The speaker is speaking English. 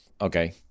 okay